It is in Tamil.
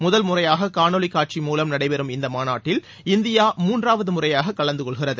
முதல் முறையாக காணொளி காட்சி மூவம் நடைபெறும் இந்த மாநாட்டில் இந்தியா மூன்றாவது முறையாக கலந்து கொள்கிறது